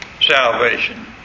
salvation